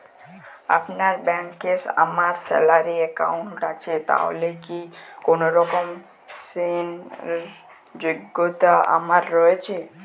আপনার ব্যাংকে আমার স্যালারি অ্যাকাউন্ট আছে তাহলে কি কোনরকম ঋণ র যোগ্যতা আমার রয়েছে?